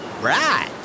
Right